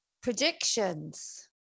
Predictions